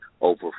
over